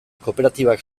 kooperatibak